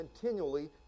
continually